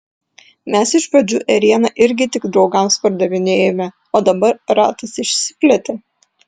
mes iš pradžių ėrieną irgi tik draugams pardavinėjome o dabar ratas išsiplėtė